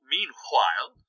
Meanwhile